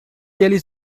eles